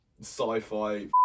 sci-fi